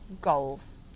goals